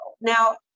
Now